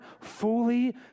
fully